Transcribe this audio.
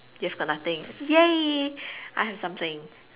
you have got nothing !yay! I have something